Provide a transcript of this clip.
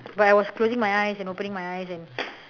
but I was closing my eyes and opening my eyes and